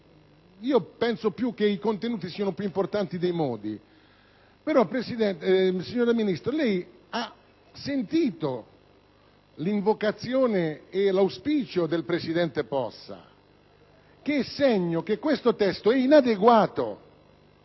Penso peroche i contenuti siano piu importanti dei modi, signora Ministro: lei ha sentito l’invocazione e l’auspicio del presidente Possa, segno che questo testo einadeguato